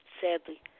sadly